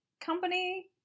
company